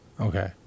Okay